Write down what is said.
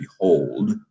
behold